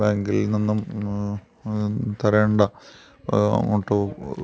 ബാങ്കിൽ നിന്നും തരേണ്ട മറ്റു